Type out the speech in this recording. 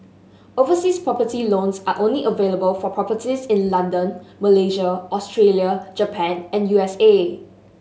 overseas property loans are only available for properties in London Malaysia Australia Japan and U S A